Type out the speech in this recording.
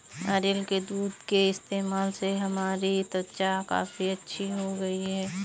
नारियल के दूध के इस्तेमाल से हमारी त्वचा काफी अच्छी हो गई है